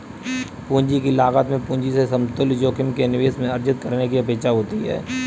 पूंजी की लागत में पूंजी से समतुल्य जोखिम के निवेश में अर्जित करने की अपेक्षा होती है